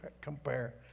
compare